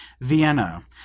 Vienna